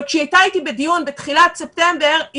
אבל כשהיא הייתה איתי בדיון בתחילת ספטמבר היא